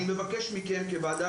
אני מבקש מכם כוועדה,